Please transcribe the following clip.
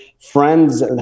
friends